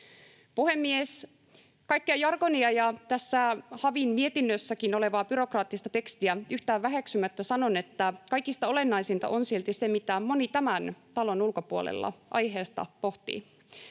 Puhemies! Kaikkea jargonia ja tässä HaVin mietinnössäkin olevaa byrokraattista tekstiä yhtään väheksymättä sanon, että kaikista olennaisinta on silti se, mitä moni tämän talon ulkopuolella aiheesta pohtii,